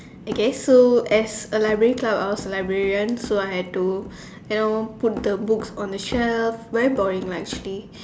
okay so as a library club I was a librarian so I had to help put the books on the shelf very boring lah actually